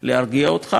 להרגיע אותך,